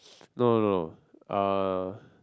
no no no uh